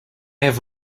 have